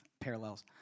parallels